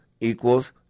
equals